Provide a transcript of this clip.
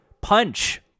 Punch